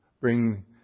bring